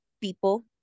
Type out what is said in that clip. people